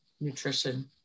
nutrition